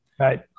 Right